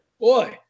Boy